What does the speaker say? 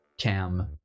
Cam